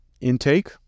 intake